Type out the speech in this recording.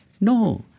No